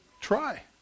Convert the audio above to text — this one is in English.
try